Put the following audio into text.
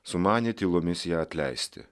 sumanė tylomis ją atleisti